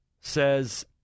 says